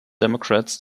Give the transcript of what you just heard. democrats